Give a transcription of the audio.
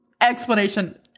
explanation